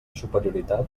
superioritat